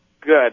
Good